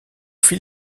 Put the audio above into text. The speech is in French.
fil